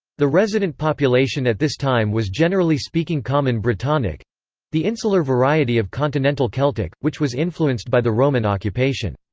the resident population at this time was generally speaking common brittonic the insular variety of continental celtic, which was influenced by the roman occupation.